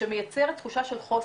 שמייצרת תחושה של חוסן.